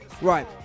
Right